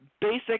basic